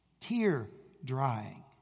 tear-drying